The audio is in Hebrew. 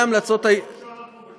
אלו המלצות, לא כשאנחנו בשידור.